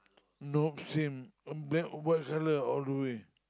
not same uh then what colour all the way